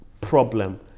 problem